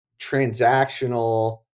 transactional